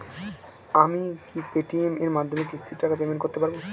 আমি কি Paytm এর মাধ্যমে কিস্তির টাকা পেমেন্ট করতে পারব?